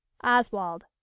Oswald